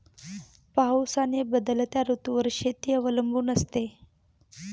पाऊस आणि बदलत्या ऋतूंवर शेती अवलंबून असते